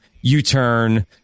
U-turn